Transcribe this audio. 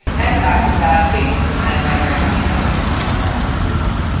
and to act in bad faith as an end run around the um ah um mnrf approval.